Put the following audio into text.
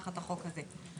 תחת החוק הזה.